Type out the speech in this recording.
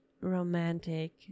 romantic